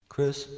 Chris